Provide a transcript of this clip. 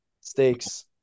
steaks